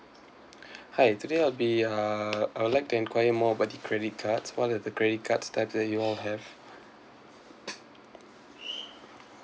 hi today I'll be uh I would like to enquire more about the credit cards one of the credit cards that you all have